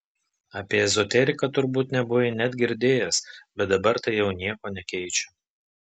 apie ezoteriką turbūt nebuvai net girdėjęs bet dabar tai jau nieko nekeičia